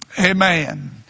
Amen